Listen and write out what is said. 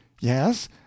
Yes